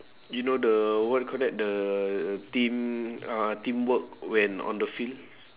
do you know the what do you call that the team uh teamwork when on the field